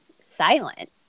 silent